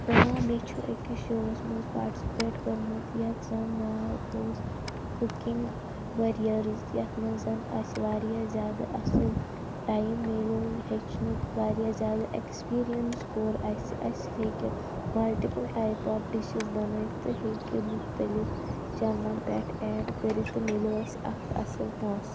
آ مےٚ چھُ أکِس شووَس منٛز پاٹِسِپیٹ کوٚرمُت یَتھ زَن ناو اوس کُکِنٛگ ویریٲرٕس یَتھ منٛز اَسہِ واریاہ زیادٕ اَصٕل ٹایِم میلیو ہیٚچھنُک واریاہ زیادٕ ایکٕسپیٖرَنَس کوٚر اَسہِ اَسہِ ہیکہِ مَلٹِپُل ٹایِپ آف ڈِشِز بنٲوِتھ تہٕ ہٮ۪کہِ مُختلِف چَنَلَن پٮ۪ٹھ ایٚڈ کٔرِتھ تہٕ میلیو اَسہِ اَکھ اَصٕل پۄنٛسہٕ